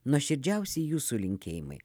nuoširdžiausi jūsų linkėjimai